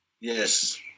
Yes